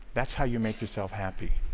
that's how you make yourself happy.